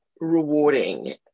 rewarding